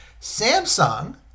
Samsung